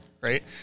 right